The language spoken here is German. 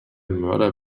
mörder